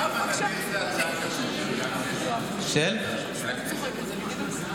אופיר, כמה נדיר זה הצעה כזאת של הכנסת.